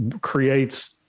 creates